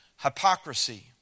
hypocrisy